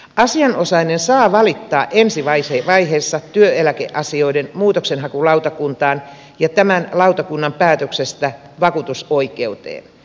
asianosainen saa valittaa ensivaiheessa työeläkeasioiden muutoksenhakulautakuntaan ja tämän lautakunnan päätöksestä vakuutusoikeuteen